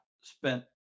Spent